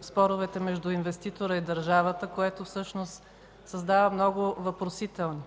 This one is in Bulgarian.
споровете между инвеститора и държавата, което всъщност създава много въпросителни.